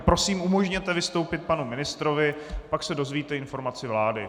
Prosím, umožněte vystoupit panu ministrovi, pak se dozvíte informaci vlády.